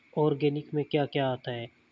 Organic में क्या क्या आता है?